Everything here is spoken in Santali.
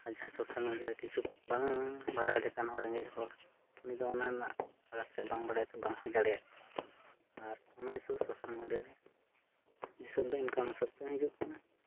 ᱟᱨ ᱡᱟᱦᱟᱸᱭ ᱥᱳᱥᱟᱞ ᱢᱤᱰᱤᱭᱟᱨᱮ ᱠᱤᱪᱷᱩ ᱵᱟᱝ ᱵᱟᱲᱟᱭ ᱞᱮᱠᱟᱱ ᱦᱚᱲ ᱨᱮᱸᱜᱮᱡ ᱦᱚᱲ ᱩᱱᱤᱫᱚ ᱚᱱᱟ ᱨᱮᱱᱟᱜ ᱵᱟᱝ ᱵᱟᱲᱟᱭᱛᱮ ᱵᱟᱝ ᱦᱩᱭ ᱫᱟᱲᱟᱮᱭᱟᱜᱼᱟ ᱟᱨ ᱚᱱᱟ ᱦᱤᱥᱟᱹᱵᱽ ᱥᱳᱥᱟᱞ ᱢᱤᱰᱤᱭᱟᱨᱮ ᱦᱤᱥᱟᱹᱵᱽᱫᱚ ᱚᱱᱠᱟᱱ ᱦᱤᱥᱟᱹᱵᱽᱛᱮᱜᱮ ᱦᱤᱡᱩᱜ ᱠᱟᱱᱟ